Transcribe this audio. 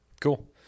Cool